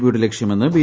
പിയുടെ ലക്ഷ്യമെന്ന് ബി